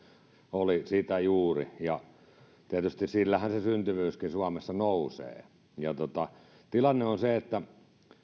oli sitä juuri tietysti sillähän se syntyvyyskin suomessa nousee tilanne on se että